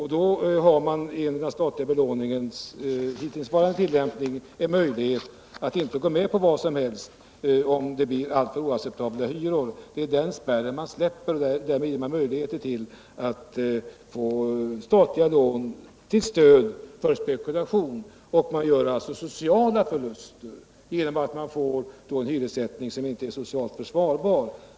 Genom den statliga belåningens hittillsvarande tillämpning har man möjlighet att inte gå med på alltför höga hyror. Det är den spärren man släpper om man vill undvika att med statliga lån stödja möjligheten till spekulation. Man gör alltså sociala förluster genom en hyressättning som inte är socialt försvarbar.